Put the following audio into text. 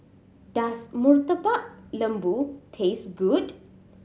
does Murtabak Lembu taste good